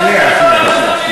שנייה שנייה שנייה שנייה.